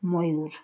ময়ূর